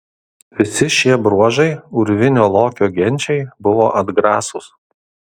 visi šie bruožai urvinio lokio genčiai buvo atgrasūs